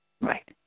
right